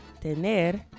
tener